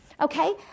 Okay